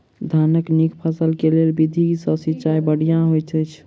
धानक नीक फसल केँ लेल केँ विधि सँ सिंचाई बढ़िया होइत अछि?